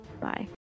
bye